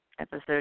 episode